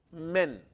men